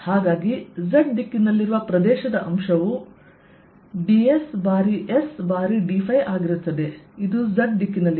ಆದ್ದರಿಂದ Z ದಿಕ್ಕಿನಲ್ಲಿರುವ ಪ್ರದೇಶದ ಅಂಶವು ds ಬಾರಿ S ಬಾರಿ dϕ ಆಗಿರುತ್ತದೆ ಇದು Z ದಿಕ್ಕಿನಲ್ಲಿದೆ